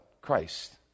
Christ